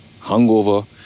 hungover